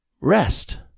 rest